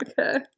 Okay